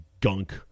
gunk